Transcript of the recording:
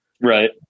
Right